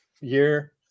year